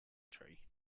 tree